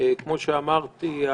כמו שאמרתי,